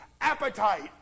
appetite